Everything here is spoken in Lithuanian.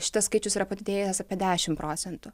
šitas skaičius yra padidėjęs apie dešimt procentų